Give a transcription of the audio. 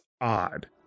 odd